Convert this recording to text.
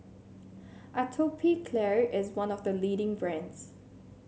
Atopiclair is one of the leading brands